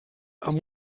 amb